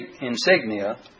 insignia